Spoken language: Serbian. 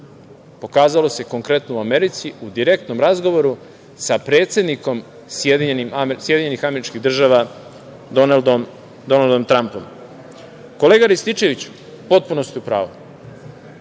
pokazalo se konkretno u Americi, u direktnom razgovoru sa predsednikom Sjedinjenih Američkih Država Donaldom Trampom. Kolega Rističeviću, potpuno ste u pravu,